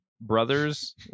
Brothers